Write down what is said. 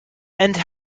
and